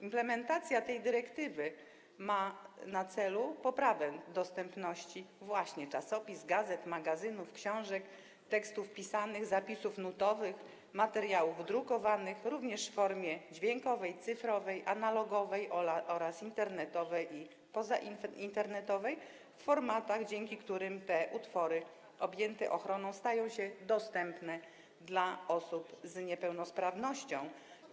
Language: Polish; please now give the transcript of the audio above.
Implementacja tej dyrektywy umożliwi zapewnienie większej dostępności czasopism, gazet, magazynów, książek, tekstów pisanych, zapisów nutowych, materiałów drukowanych, również w formie dźwiękowej, cyfrowej, analogowej oraz internetowej i pozainternetowej, w formatach, dzięki którym utwory objęte ochroną staną się dostępne dla osób z niepełnosprawnościami.